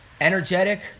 energetic